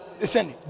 Listen